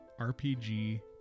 rpg